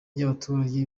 n’abaturage